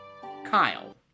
Kyle